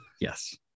Yes